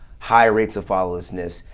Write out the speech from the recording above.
high rates of lawlessness.